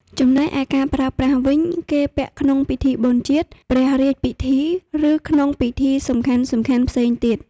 ចំណែកឯការប្រើប្រាស់វិញគេពាក់ក្នុងពិធីបុណ្យជាតិ ព្រះរាជពិធី ឬក្នុងពិធីសំខាន់ៗផ្សេងៗទៀត។